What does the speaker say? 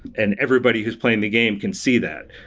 and everybody who's playing the game can see that.